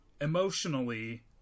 emotionally